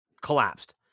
collapsed